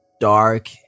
dark